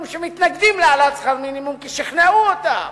שמתנגדים להעלאת שכר מינימום כי שכנעו אותם.